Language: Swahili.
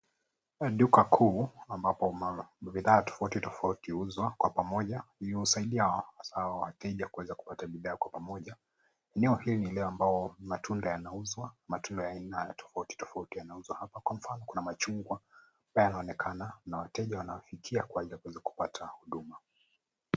Duka kuu ambapo bidhaa tofauti tofauti huuzwa kwa pamoja, husaidia hasa wateja kuweza kupata bidhaa kwa pamoja. Eneo hili ni eneo ambalo matunda yanauzwa, matunda ya aina tofauti tofauti yanauzwa hapa, kwa mfano kuna machungwa ambayo yanaonekana na wateja wanayafikia, kwa ajili ya kuweza kupata huduma.